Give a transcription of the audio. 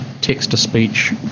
text-to-speech